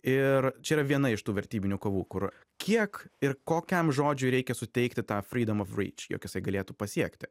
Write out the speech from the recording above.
ir čia yra viena iš tų vertybinių kovų kur kiek ir kokiam žodžiui reikia suteikti tą frydom of ryč jog jisai galėtų pasiekti